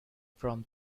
from